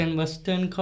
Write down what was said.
western